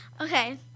Okay